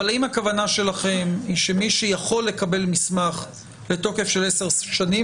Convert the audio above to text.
אבל האם הכוונה שלכם היא שמי שיכול לקבל מסמך לתוקף של עשר שנים,